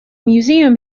museum